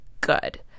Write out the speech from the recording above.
good